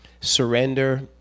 surrender